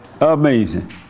Amazing